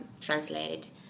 translated